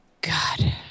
God